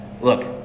look